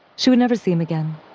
she would never see him again.